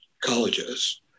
colleges